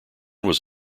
was